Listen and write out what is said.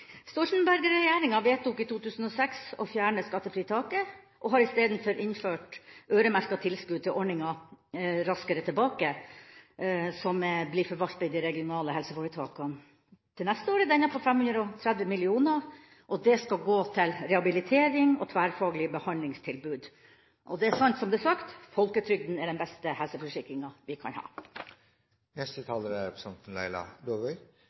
Stoltenberg-regjeringa vedtok i 2006 å fjerne skattefritaket og har isteden innført øremerkede tilskudd til ordninga Raskere tilbake, som blir forvaltet i de regionale helseforetakene. Til neste år er denne på 530 mill. kr, og det skal gå til rehabilitering og tverrfaglige behandlingstilbud. Og det er sant som det er sagt: Folketrygden er den beste helseforsikringa vi kan